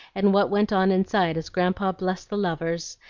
and what went on inside as grandpa blessed the lovers,